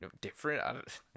different